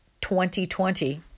2020